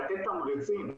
לתת תמריצים,